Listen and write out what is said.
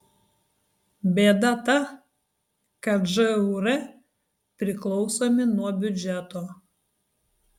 bėda ta kad žūr priklausomi nuo biudžeto